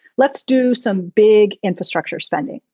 let's do some big infrastructure spending.